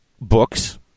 books